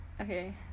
Okay